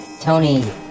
tony